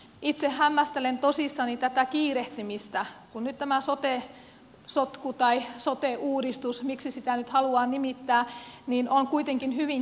itse hämmästelen tosissani tätä kiirehtimistä kun nyt tämä sote sotku tai sote uudistus miksi sitä nyt haluaa nimittää on kuitenkin hyvin kesken